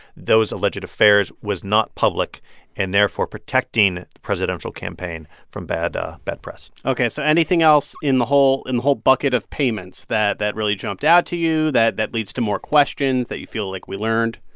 those alleged affairs was not public and therefore protecting the presidential campaign from bad ah bad press ok. so anything else in the hole in the whole bucket of payments that that really jumped out to you that, that leads to more questions, that you feel like we learned?